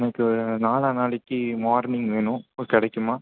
எனக்கு நாலா நாளைக்கு மார்னிங் வேணும் பூ கிடைக்குமா